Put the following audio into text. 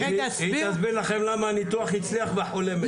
היא תסביר לכם למה הניתוח הצליח והחולה מת.